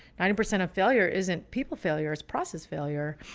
ninety percent of failure isn't people failures, process failure.